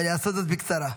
אבל יעשה זאת בקצרה.